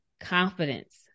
confidence